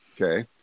Okay